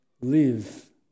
live